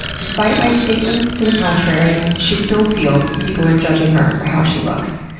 despite my statements to the contrary, she still feels that people are judging her for how she looks.